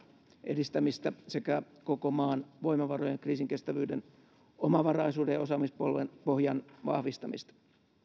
edistämistä sekä koko maan voimavarojen kriisinkestävyyden omavaraisuuden ja osaamispohjan vahvistamista